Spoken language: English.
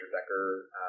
Decker